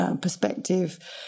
perspective